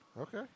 Okay